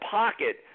pocket